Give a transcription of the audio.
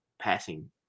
passing